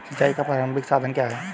सिंचाई का प्रारंभिक साधन क्या है?